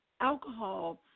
alcohol